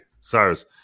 Cyrus